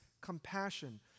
compassion